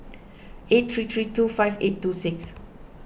eight three three two five eight two six